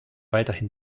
weiterhin